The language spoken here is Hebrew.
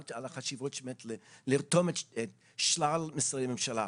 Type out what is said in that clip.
את דיברת על החשיבות של לרתום את שלל משרדי הממשלה.